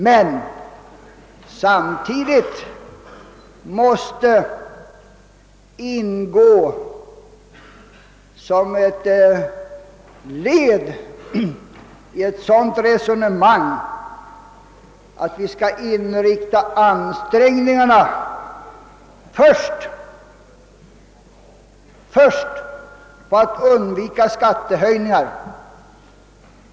Men samtidigt måste det ingå i ett sådant resonemang, att vi först skall inrikta ansträngningarna på att undvika skattehöjningar.